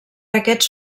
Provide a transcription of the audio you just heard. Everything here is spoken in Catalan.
aquests